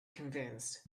convinced